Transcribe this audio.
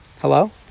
Hello